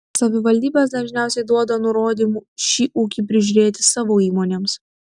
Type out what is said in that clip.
savivaldybės dažniausiai duoda nurodymų šį ūkį prižiūrėti savo įmonėms